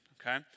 Okay